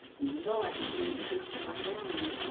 even though i continued to cook it for my family.